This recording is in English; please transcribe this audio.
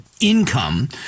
income